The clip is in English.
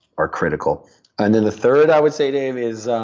are critical and then, the third, i would say, dave, is